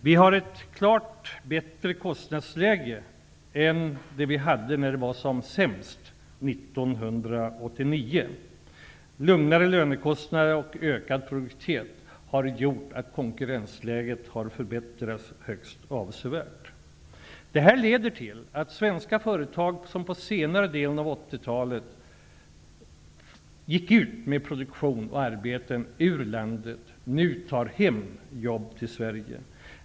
Vi har ett klart bättre kostnadsläge än när det var som sämst 1989. Lägre lönekostnader och ökad produktivitet har gjort att konkurrensläget högst avsevärt har förbättrats. Detta leder till att svenska företag, som under senare delen av 80-talet förde sin produktion ut ur landet, nu tar hem jobb till Sverige.